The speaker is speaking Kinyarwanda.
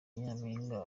nyampinga